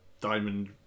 diamond